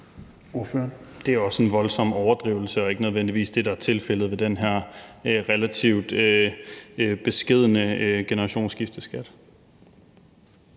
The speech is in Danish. Det er også en voldsom overdrivelse og ikke nødvendigvis det, der er tilfældet ved den her relativt beskedne generationsskifteskat.